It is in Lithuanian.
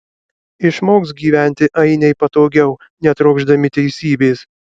išmoks gyventi ainiai patogiau netrokšdami teisybės